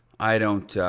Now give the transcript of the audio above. i don't,